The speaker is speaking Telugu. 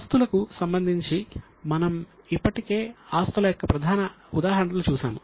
ఆస్తులకు సంబంధించి మనం ఇప్పటికే ఆస్తుల యొక్క ప్రధాన ఉదాహరణలు చూశాము